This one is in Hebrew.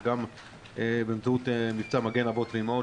וגם במבצע "מגן אבות ואימהות",